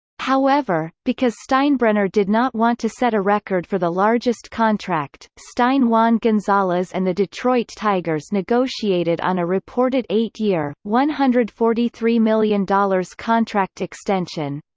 however, because steinbrenner did not want to set a record for the largest contract, stein juan gonzalez and the detroit tigers negotiated on a reported eight-year, one hundred and forty three million dollars contract extension.